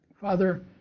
Father